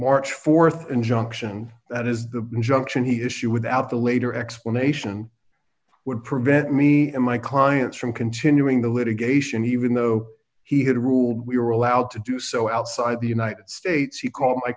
march th injunction that is the injunction he issue without the later explanation would prevent me and my clients from continuing the litigation even though he had ruled we were allowed to do so outside the united states he called